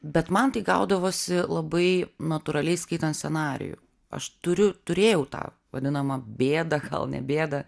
bet man tai gaudavosi labai natūraliai skaitant scenarijų aš turiu turėjau tą vadinamą bėdą gal ne bėdą